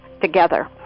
together